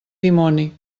dimoni